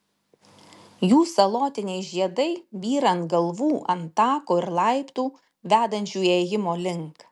jų salotiniai žiedai byra ant galvų ant tako ir laiptų vedančių įėjimo link